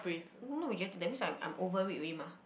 that means I'm I'm overweight already mah